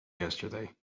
yesterday